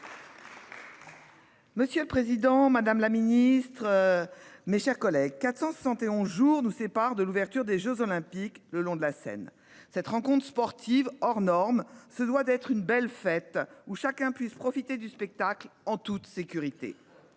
Monsieur le président, madame la ministre, mes chers collègues, 471 jours nous séparent de l'ouverture des jeux Olympiques, le long de la Seine. Cette rencontre sportive hors norme se doit d'être une belle fête et chacun doit pouvoir profiter du spectacle en toute sécurité.